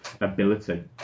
ability